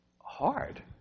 hard